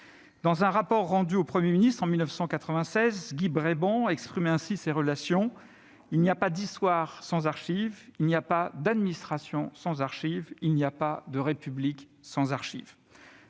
Dans un rapport rendu au Premier ministre en 1996, Guy Braibant décrivait ainsi ces relations :« Il n'y a pas d'Histoire sans archives [...]; il n'y a pas d'Administration sans archives [...]; il n'y a pas de République sans archives.